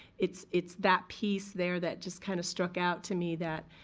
it's it's that piece there that just kind of struck out to me that,